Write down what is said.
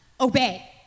obey